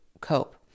cope